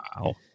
Wow